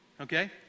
Okay